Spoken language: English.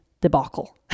debacle